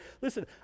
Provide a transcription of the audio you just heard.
Listen